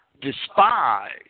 despise